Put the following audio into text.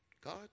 God